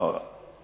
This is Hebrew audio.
(מסירת מידע